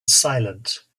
silent